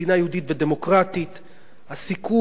הולך ונמוג.